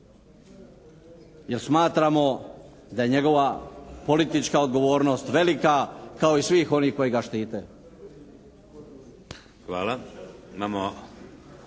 jer smatramo da je njegova politička odgovornost velika kao i svih onih koji ga štite.